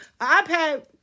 iPad